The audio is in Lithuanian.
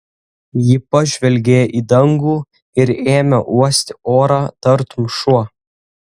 ji pažvelgė į dangų ir ėmė uosti orą tartum šuo